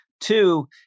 Two